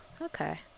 okay